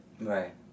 Right